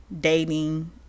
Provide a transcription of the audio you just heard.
dating